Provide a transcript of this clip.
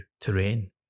terrain